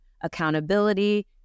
accountability